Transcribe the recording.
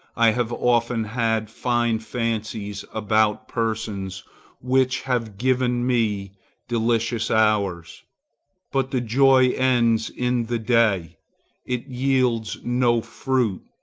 i have often had fine fancies about persons which have given me delicious hours but the joy ends in the day it yields no fruit.